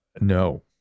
No